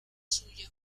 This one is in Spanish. suya